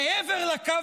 מעבר לקו